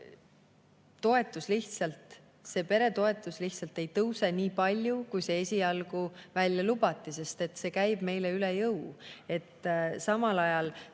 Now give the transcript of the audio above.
see peretoetus lihtsalt ei tõuse nii palju, kui esialgu välja lubati, sest see käib meile üle jõu. Samal ajal